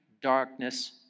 darkness